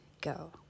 go